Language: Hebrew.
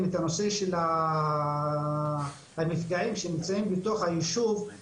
את הנושא של המפגעים שנמצאים בתוך הישוב,